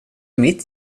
mitt